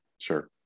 sure